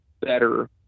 better